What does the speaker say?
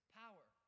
power